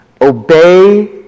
obey